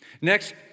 Next